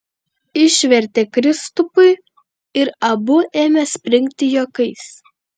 išvertė kristupui ir abu ėmė springti juokais